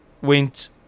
went